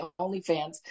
OnlyFans